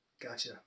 gotcha